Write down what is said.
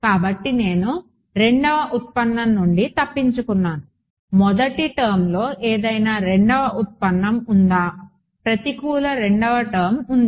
కాబట్టి నేను రెండవ ఉత్పన్నం నుండి తప్పించుకున్నాను మొదటి టర్మ్లో ఏదైనా రెండవ ఉత్పన్నం ఉందా ప్రతికూల రెండవ టర్మ్ ఉంది